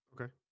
Okay